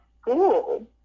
school